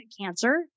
cancer